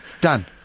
Done